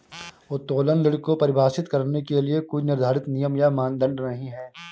उत्तोलन ऋण को परिभाषित करने के लिए कोई निर्धारित नियम या मानदंड नहीं है